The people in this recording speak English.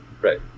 right